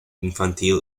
infantil